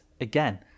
again